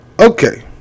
Okay